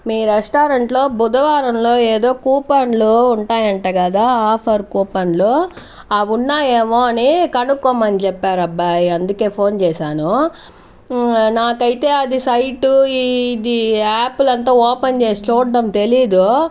మీ restaurant లో బుధవారంలో ఏదో కూపన్లు ఉంటాయంట కదా ఆఫర్ కూపన్లు అవి ఉన్నాయేమో అని కనుక్కోమని చెప్పారు అబ్బాయి అందుకే ఫోన్ చేశాను నాకైతే అది సైట్ ఇది యాప్లు అంతా ఓపెన్ చేసి చూడడం తెలియదు